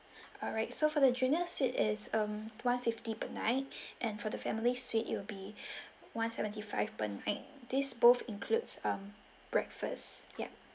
alright so for the junior suite is um one fifty per night and for the family suite it will be one seventy five per night this both includes breakfast um yup